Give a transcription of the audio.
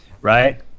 right